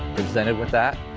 presented with that.